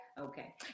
Okay